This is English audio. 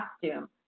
costume